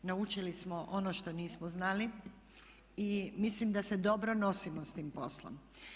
Naučili smo ono što nismo znali i mislim da se dobro nosimo sa tim poslom.